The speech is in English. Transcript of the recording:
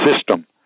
system